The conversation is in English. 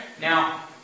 Now